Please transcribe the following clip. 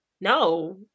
no